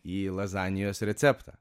į lazanijos receptą